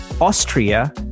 Austria